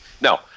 no